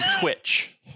Twitch